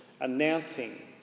announcing